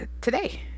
today